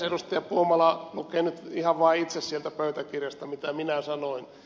edustaja puumala lukee nyt ihan vaan itse sieltä pöytäkirjasta mitä minä sanoin